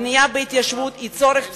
הבנייה בהתיישבות היא צורך בסיסי,